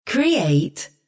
Create